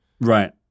Right